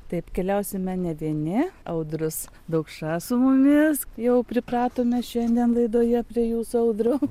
taip keliausime ne vieni audrius daukša su mumis jau pripratome šiandien laidoje prie jūsų audriau